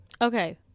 Okay